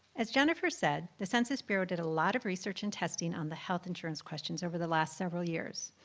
as jennifer said, the census bureau did a lot of research and testing on the health insurance questions over the last several years.